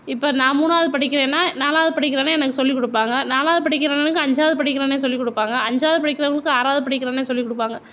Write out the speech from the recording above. இப்போ நான் மூணாவது படிக்கிறேன்னா நாலாவது படிக்கிறேனா எனக்கு சொல்லி கொடுப்பாங்க நாலாவது படிக்கிறவனுக்கு அஞ்சாவது படிக்கிறவனே சொல்லிகொடுப்பாங்க அஞ்சாவது படிக்கிறவங்களுக்கு ஆறாவது படிக்கிறவனே சொல்லி கொடுப்பாங்க